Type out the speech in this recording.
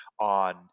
on